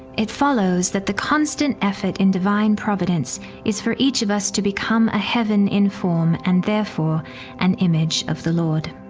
it follows that the constant effort in divine providence is for each of us to become a heaven in form and therefore an image of the lord.